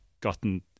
gotten